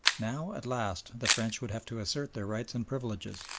now, at last, the french would have to assert their rights and privileges,